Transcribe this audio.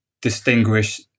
distinguish